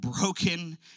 broken